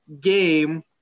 game